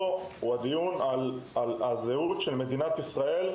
אלא חושב שמדובר פה בדיון על זהותה של מדינת ישראל,